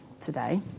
today